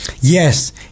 Yes